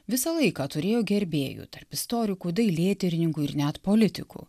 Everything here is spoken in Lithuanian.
visą laiką turėjo gerbėjų tarp istorikų dailėtyrininkų ir net politikų